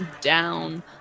down